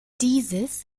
dieses